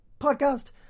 podcast